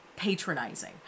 patronizing